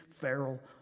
feral